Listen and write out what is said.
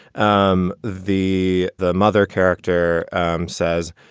um the the mother character says,